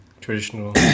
traditional